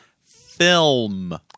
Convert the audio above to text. film